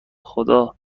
خدا